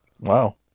Wow